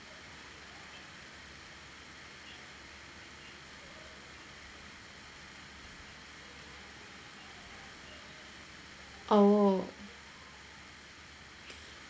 orh